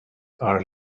are